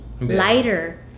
lighter